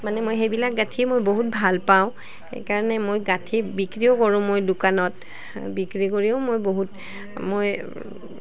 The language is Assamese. মানে মই সেইবিলাক গাঁঠিয়ে মই বহুত ভাল পাওঁ সেইকাৰণে মই গাঁঠি বিক্ৰীও কৰোঁ মই দোকানত বিক্ৰী কৰিও মই বহুত মই